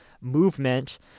movement